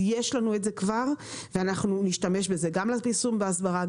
יש לנו את זה כבר ואנחנו נשתמש בזה גם לפרסום ולהסברה,